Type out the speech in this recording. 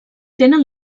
tenen